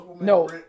no